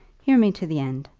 hear me to the end.